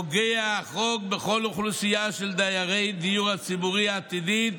פוגע החוק בכל האוכלוסייה של דיירי הדיור הציבורי העתידי,